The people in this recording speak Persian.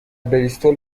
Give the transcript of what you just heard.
بریستول